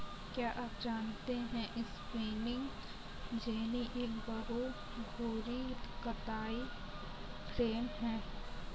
क्या आप जानते है स्पिंनिंग जेनि एक बहु धुरी कताई फ्रेम है?